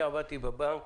אני עבדתי בבנק